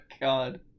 God